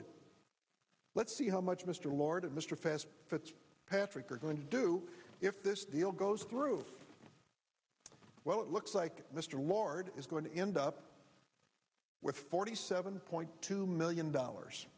d let's see how much mr lord and mr fast fits patrick are going to do if this deal goes through well it looks like mr lord is going to end up with forty seven point two million dollars